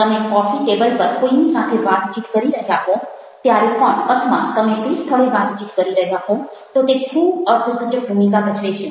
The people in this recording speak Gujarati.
તમે કોફી ટેબલ પર કોઈની સાથે વાતચીત કરી રહ્યા હો ત્યારે પણ અથવા તમે તે સ્થળે વાતચીત કરી રહ્યા હો તો તે ખૂબ અર્થસૂચક ભૂમિકા ભજવે છે